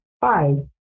five